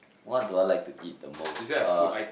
what do I like to eat the most uh